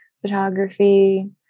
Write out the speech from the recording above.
photography